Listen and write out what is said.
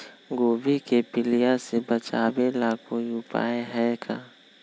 गोभी के पीलिया से बचाव ला कोई उपाय है का?